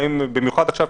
במיוחד עכשיו,